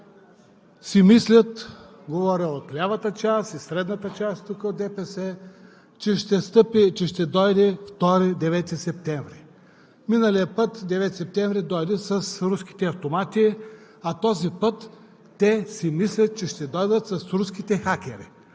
си мислят – говоря от лявата част и средната част тук от ДПС, че ще дойде втори 9 септември. Миналия път 9 септември дойде с руските автомати, а този път те си мислят, че ще дойде с руските хакери.